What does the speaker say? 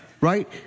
Right